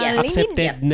accepted